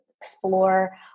explore